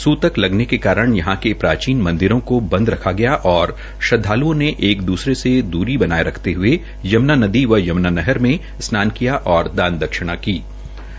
सूतक लगने के कारण यहां के प्राचीन मंदिरों को बंद रखा गया और श्रदवाल़ओं ने एक दसरे से दूरी बनाये रखते हये यमुना नदी व यमुना नहर में स्नान किया और दान दक्षिया दी